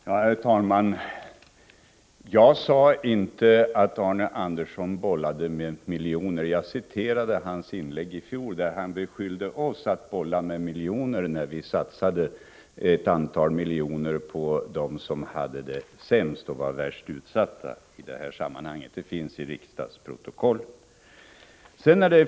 Herr talman! Jag sade inte att Arne Andersson i Ljung bollade med miljoner. Jag citerade hans inlägg i fjol, där han beskyllde oss för att bolla med miljoner, när vi satsade ett antal miljoner på dem som hade det sämst och var värst utsatta i detta sammanhang. Det finns noterat i riksdagsprotokollet.